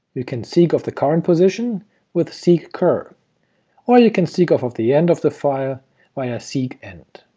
you can seek off the current position with seek cur or you can seek off of the end of the file via seek end.